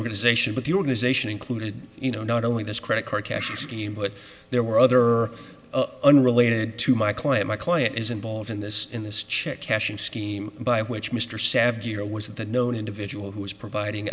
organization but the organization included you know not only this credit card cashing scheme but there were other unrelated to my client my client is involved in this in this check cashing scheme by which mr savvier was the known individual who was providing